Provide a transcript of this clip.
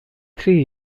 three